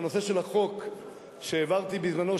בנושא החוק שהעברתי בזמנו,